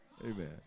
Amen